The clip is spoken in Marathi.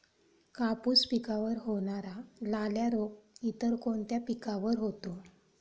कापूस पिकावर होणारा लाल्या रोग इतर कोणत्या पिकावर होतो?